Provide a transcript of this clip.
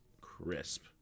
crisp